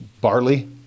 barley